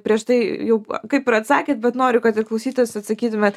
prieš tai jau kaip ir atsakėt bet noriu kad klausytojams atsakytumėt